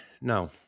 No